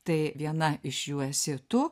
tai viena iš jų esi tu